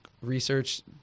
research